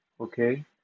okay